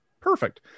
Perfect